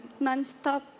nonstop